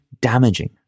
damaging